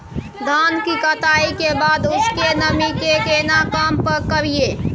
धान की कटाई के बाद उसके नमी के केना कम करियै?